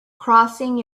crossing